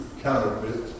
Counterfeit